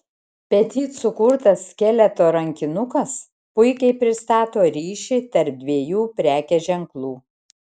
petit sukurtas skeleto rankinukas puikiai pristato ryšį tarp dviejų prekės ženklų